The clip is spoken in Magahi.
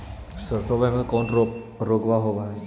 सरसोबा मे कौन रोग्बा होबय है?